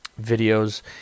videos